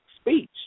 speech